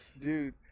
Dude